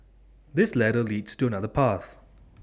this ladder leads to another path